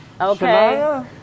Okay